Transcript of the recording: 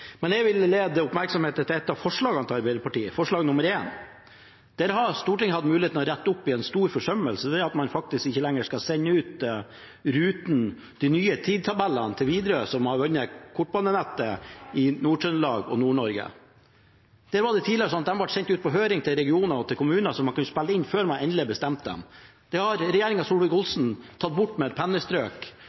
Men jeg ville lede oppmerksomheten mot et av forslagene til Arbeiderpartiet, forslag nr. 1. Der hadde Stortinget hatt mulighet til å rette opp en stor forsømmelse – det at man ikke lenger skal sende de nye tidtabellene til Widerøe, som har vunnet kortbanenettet i Nord-Trøndelag og Nord-Norge, ut på høring. De ble sendt ut på høring til regioner og kommuner, så man kunne komme med innspill før de ble endelig bestemt. Dette har regjeringen, som Solvik-Olsen er en del av, tatt bort med et pennestrøk.